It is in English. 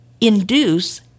induce